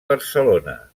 barcelona